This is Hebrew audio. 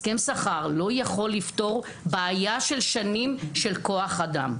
הסכם שכר לא יכול לפתור בעיה של שנים של כוח אדם.